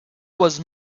was